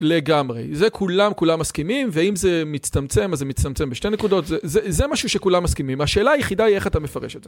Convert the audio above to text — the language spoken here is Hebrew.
לגמרי. זה כולם, כולם מסכימים, ואם זה מצטמצם, אז זה מצטמצם בשתי נקודות, זה משהו שכולם מסכימים. השאלה היחידה היא איך אתה מפרש את זה.